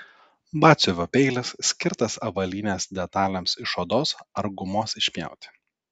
batsiuvio peilis skirtas avalynės detalėms iš odos ar gumos išpjauti